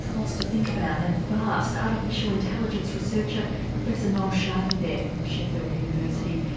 lots to think about and fast, artificial intelligence researcher professor noel sharkey there, from sheffield university,